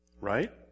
right